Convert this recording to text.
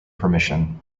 permission